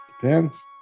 Depends